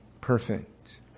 perfect